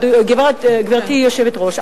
גברתי היושבת-ראש,